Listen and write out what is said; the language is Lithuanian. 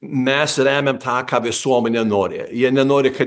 mes remiam tą ką visuomenė nori jie nenori kad